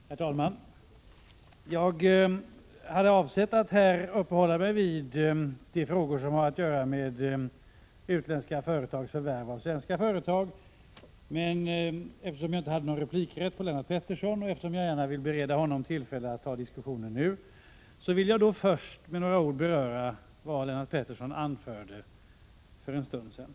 Herr talman! Jag hade avsett att uppehålla mig vid de frågor som har att göra med utländska företags förvärv av svenska företag, men eftersom jag inte hade replikrätt på Lennart Pettersson och jag gärna vill bereda honom tillfälle att ta diskussionen nu, skall jag först med några ord beröra vad han anförde för en stund sedan.